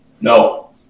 No